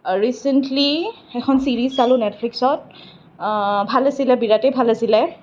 recently এখন series চালোঁ নেটফ্লিক্সত ভাল আছিলে বিৰাটেই ভাল আছিলে